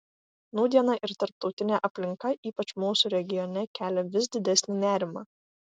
nūdiena ir tarptautinė aplinka ypač mūsų regione kelia vis didesnį nerimą